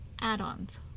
add-ons